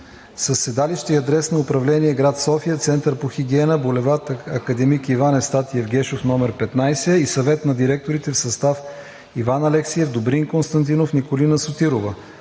със седалище и адрес на управление град София, Център по хигиена, бул. „Академик Иван Евстатиев Гешов“ № 15 и Съвет на директорите в състав: Иван Алексиев, Добрин Константинов, Николина Сотирова,